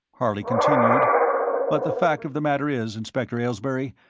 harley continued but the fact of the matter is, inspector aylesbury,